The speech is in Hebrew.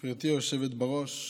היושבת-ראש,